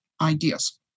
ideas